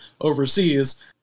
overseas